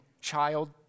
child